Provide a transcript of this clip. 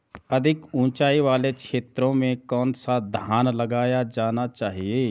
अधिक उँचाई वाले क्षेत्रों में कौन सा धान लगाया जाना चाहिए?